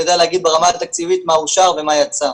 אני יודע להגיד ברמה התקציבית מה אושר ומה יצא.